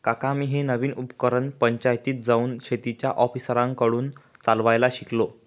काका मी हे नवीन उपकरण पंचायतीत जाऊन शेतीच्या ऑफिसरांकडून चालवायला शिकलो